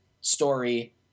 story